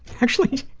actually,